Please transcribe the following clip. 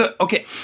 Okay